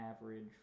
average